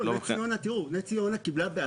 לא, תראו, נס ציונה קיבלה.